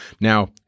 Now